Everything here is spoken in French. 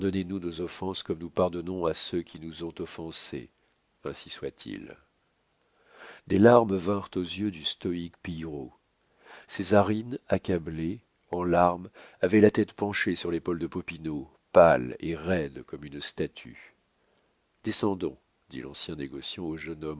pardonnez-nous nos offenses comme nous pardonnons à ceux qui nous ont offensés ainsi soit-il des larmes vinrent aux yeux du stoïque pillerault césarine accablée en larmes avait la tête penchée sur l'épaule de popinot pâle et raide comme une statue descendons dit l'ancien négociant au jeune homme